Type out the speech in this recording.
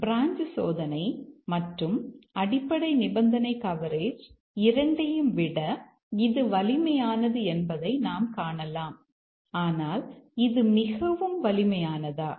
branch சோதனை மற்றும் அடிப்படை நிபந்தனை கவரேஜ் இரண்டையும் விட இது வலிமையானது என்பதை நாம் காணலாம் ஆனால் இது மிகவும் வலிமையானதா